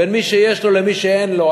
בין מי שיש לו למי שאין לו.